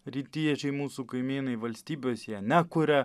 rytiečiai mūsų kaimynai valstybės jie nekuria